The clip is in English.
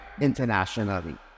internationally